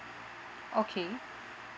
okay